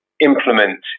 implement